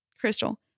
Crystal